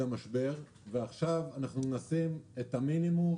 המשבר ועכשיו אנחנו מנסים את המינימום,